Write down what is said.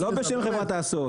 לא מעניינת אתכם ההצמדה.